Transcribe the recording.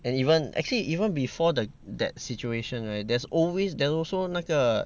and even actually even before the that situation right there's always there's also 那个